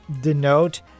denote